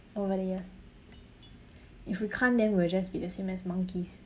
over the years if we can't then we'll just be the same as monkeys